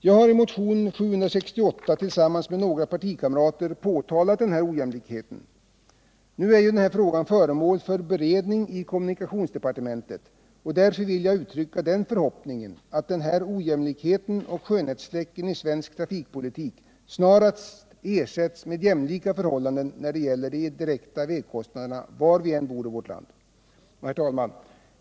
Jag har i motionen 768 tillsammans med några partikamrater påtalat ojämlikheten. Nu är ju den här frågan föremål för beredning i kommunikationsdepartementet, och därför vill jag uttrycka förhoppningen att den här ojämlikheten och skönhetsfläcken i svensk trafikpolitik snarast tas bort, så att det skapas jämlikhet i fråga om direkta vägkostnader var man än bor i vårt land. Herr talman!